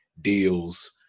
deals